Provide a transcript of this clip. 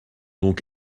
donc